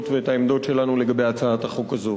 ואת העמדות שלנו לגבי הצעת החוק הזאת.